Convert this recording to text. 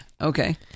Okay